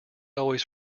always